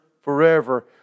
forever